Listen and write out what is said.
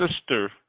sister